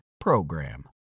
PROGRAM